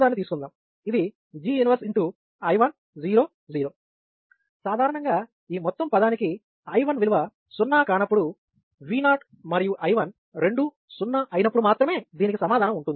ఇది G 1 X I1 0 0 సాధారణంగా ఈ మొత్తం పదానికిమొదటిది I1 విలువ సున్నా కానప్పుడు V0 మరియు I1 రెండూ సున్నా అయినప్పుడు మాత్రమే దీనికి సమాధానం ఉంటుంది